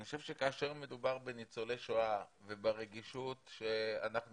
אני חושב שכאשר מדובר בניצולי שואה וברגישות שאנחנו